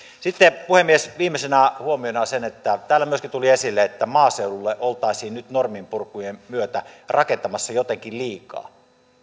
sitten puhemies viimeisenä huomiona se että täällä myöskin tuli esille että maaseudulle oltaisiin nyt norminpurkujen myötä rakentamassa jotenkin liikaa